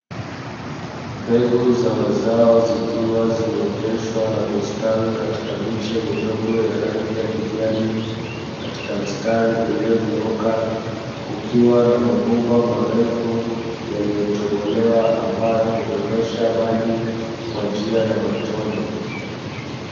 Mbegu za mazao zikiwa zimeoteshwa na kustawi katika miche midogo ya rangi ya kijani katika mstari uliyonyooka, kukiwa na mabomba marefu yaliyotobolewa ambayo hudondosha maji kwa njia ya matone.